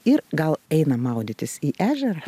ir gal einam maudytis į ežerą